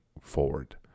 forward